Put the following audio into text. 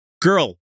girl